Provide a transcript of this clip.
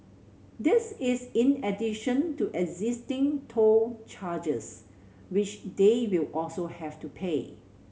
this is in addition to existing toll charges which they will also have to pay